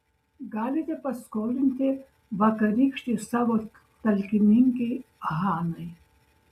galite paskolinti vakarykštei savo talkininkei hanai